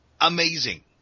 amazing